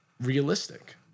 realistic